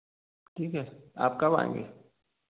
ठीक है आप कब आएँगे